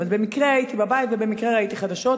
במקרה הייתי בבית ובמקרה ראיתי חדשות,